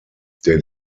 der